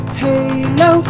halo